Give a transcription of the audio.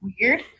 weird